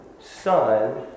Son